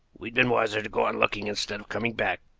we'd been wiser to go on looking instead of coming back.